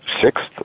sixth